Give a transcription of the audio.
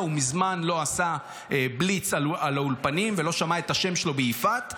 הוא מזמן לא עשה בליץ על האולפנים ולא שמע את השם שלו ביפעת.